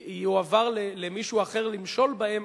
הם יועברו למישהו אחר למשול בהם,